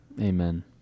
Amen